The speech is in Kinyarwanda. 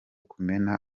kumena